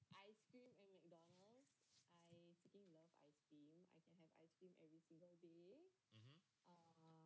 (uh huh)